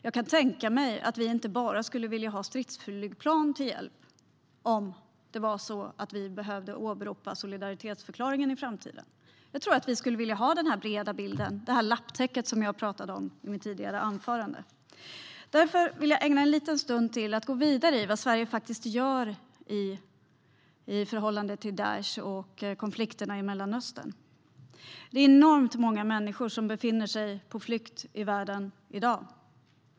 Jag kan tänka mig att vi inte bara skulle vilja ha stridsflygplan till hjälp om vi behövde åberopa solidaritetsförklaringen i framtiden. Jag tror att vi skulle vilja ha den breda bilden, det lapptäcke som jag pratade om i mitt tidigare anförande. Därför vill jag ägna en liten stund åt att gå vidare med vad Sverige faktiskt gör i förhållande till Daish och konflikterna i Mellanöstern. Det är enormt många människor som befinner sig på flykt i världen i dag.